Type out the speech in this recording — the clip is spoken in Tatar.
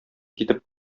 китеп